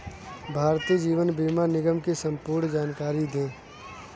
भारतीय जीवन बीमा निगम की संपूर्ण जानकारी दें?